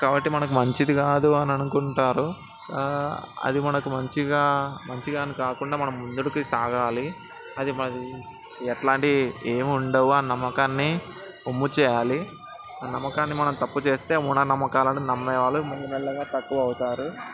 కాబట్టి మనకి మంచిది కాదు అని అనుకుంటారు ఆ అది మనకు మంచిగా మంచిగా అని కాకుండా మనం ముందరికి సాగాలి అది మన ఎలాంటి ఏమీ ఉండవు అని నమ్మకాన్ని ఒమ్ము చేయాలి ఆ నమ్మకాన్ని మనం తప్పుచేస్తే మూఢనమ్మకాలు నమ్మేవాళ్ళు మెల్లమెల్లగా తక్కువ అవుతారు